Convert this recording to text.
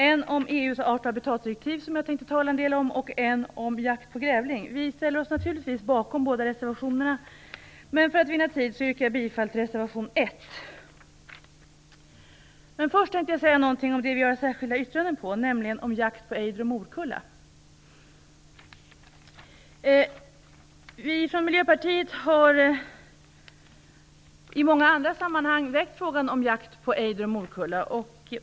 En om EU:s artoch habitatdirektiv som jag tänkte tala en del om och en om jakt på grävling. Vi ställer oss naturligtvis bakom båda reservationerna, men för att vinna tid yrkar jag bifall bara till reservation 1. Först tänkte jag säga något om ett särskilt yttrande vi har. Det handlar om jakt på ejder och morkulla. Vi i Miljöpartiet har i många andra sammanhang väckt frågan om jakt på ejder och morkulla.